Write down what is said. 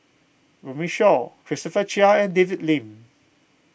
Runme Shaw Christopher Chia and David Lim